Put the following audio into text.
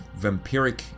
vampiric